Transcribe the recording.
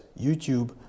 YouTube